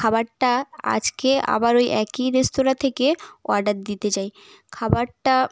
খাবারটা আজকে আবার ওই একই রেস্তোরাঁ থেকে অর্ডার দিতে চাই খাবারটা